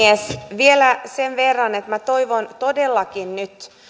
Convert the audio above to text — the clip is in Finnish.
vielä sen verran että minä toivon todellakin nyt